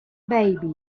baby